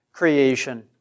Creation